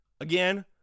Again